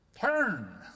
Turn